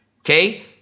okay